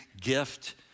gift